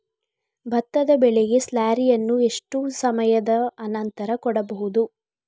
ಭತ್ತದ ಬೆಳೆಗೆ ಸ್ಲಾರಿಯನು ಎಷ್ಟು ಸಮಯದ ಆನಂತರ ಕೊಡಬೇಕು?